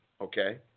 Okay